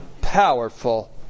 powerful